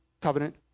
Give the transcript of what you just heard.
Covenant